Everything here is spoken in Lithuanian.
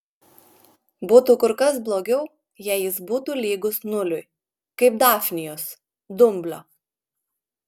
būtų kur kas blogiau jei jis būtų lygus nuliui kaip dafnijos dumblio